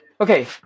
Okay